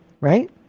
right